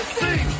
see